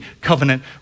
covenant